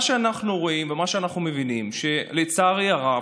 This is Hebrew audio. מה שאנחנו רואים ומה שאנחנו מבינים זה שלצערי הרב,